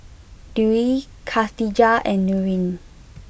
Dewi Khatijah and Nurin